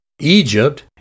Egypt